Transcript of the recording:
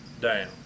down